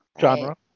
genre